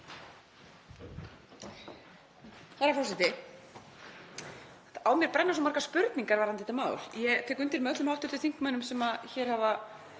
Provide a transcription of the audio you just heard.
Herra forseti. Á mér brenna svo margar spurningar varðandi þetta mál. Ég tek undir með öllum hv. þingmönnum sem hér hafa